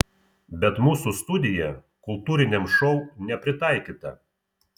bet mūsų studija kultūriniam šou nepritaikyta